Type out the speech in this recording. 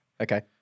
Okay